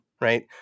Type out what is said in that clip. right